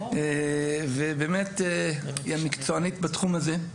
ובאמת היא המקצוענית בתחום הזה.